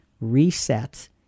reset